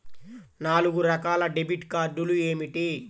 నాలుగు రకాల డెబిట్ కార్డులు ఏమిటి?